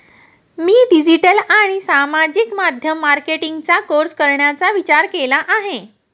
मी digital आणि सामाजिक माध्यम मार्केटिंगचा कोर्स करण्याचा विचार केला आहे